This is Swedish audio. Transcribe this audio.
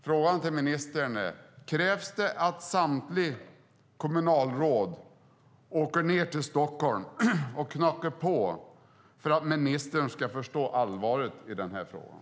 Frågan till ministern är: Krävs det att samtliga kommunalråd åker till Stockholm och knackar på ministerns dörr för att han ska inse allvaret i den här frågan?